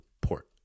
port